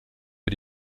für